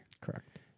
Correct